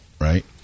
Right